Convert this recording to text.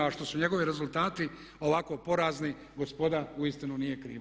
A što su njegovi rezultati ovako porazni gospoda uistinu nije kriva.